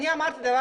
אני אמרתי דבר